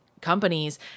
companies